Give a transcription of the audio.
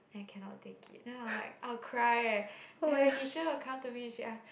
I cannot take it then I'll like I'll cry eh then my teacher will come to me and she ask